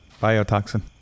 Biotoxin